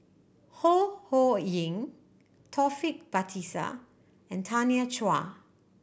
Ho Ho Ying Taufik Batisah and Tanya Chua